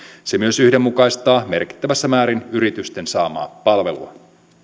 se myös yhdenmukaistaa merkittävässä määrin yritysten saamaa palvelua